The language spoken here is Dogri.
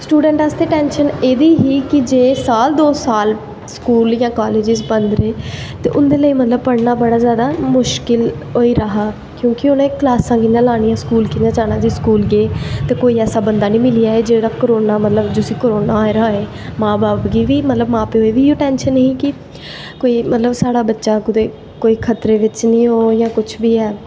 स्टुडैंट आस्तै टैंशन एह्दी ही कि जे साल दो साल स्कूल जां कालेजिस बंद रेह् उंदे लेई पढ़नां मतलव कि बड़ा जादा मुश्किल होई दा हा क्योंकि उनैं कलासां कियां लानियां स्कूल कियां जानां कोई ऐसा बंदा नी मिली जाए जिसली मतलव करोनां होए दा होऐ मां बब्ब गी बी मां प्यो गी बी इयै टैंशन ही कि कोई मतलव साढ़ा बच्चा कोई खतरे बिच्च नी होई जा जां कुश बी ऐ